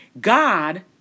God